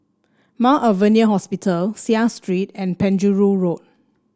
Mount Alvernia Hospital Seah Street and Penjuru Road